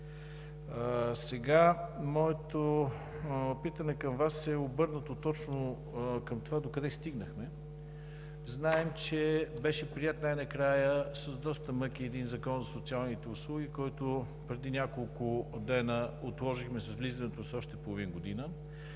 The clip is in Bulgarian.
Сега моето питане към Вас е обърнато точно към това докъде стигнахме. Знаем, че най-накрая беше приет с доста мъки един Закон за социалните услуги, на който преди няколко дена отложихме влизането с още половин година,